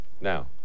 Now